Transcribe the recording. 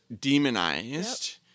demonized